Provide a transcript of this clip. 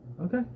okay